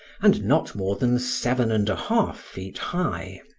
and not more than seven and a half feet high.